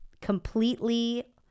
completely